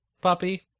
Puppy